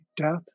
death